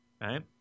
right